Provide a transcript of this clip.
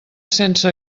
sense